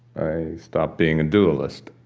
i stopped being a dualist.